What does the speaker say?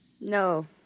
No